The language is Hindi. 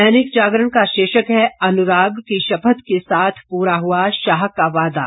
दैनिक जागरण का शीर्षक है अनुराग की शपथ के साथ पूरा हुआ शाह का वादा